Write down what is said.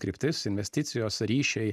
kryptis investicijos ryšiai